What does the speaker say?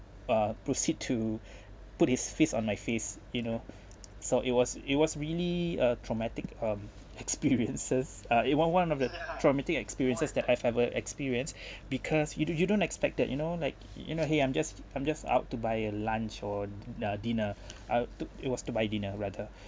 uh proceed to put his fist on my face you know so it was it was really a traumatic um experiences ah it one one of the traumatic experiences that I've ever experience because you don't you don't expect that you know like you know !hey! I'm just I'm just out to buy a lunch or uh dinner I'll took it was to buy dinner rather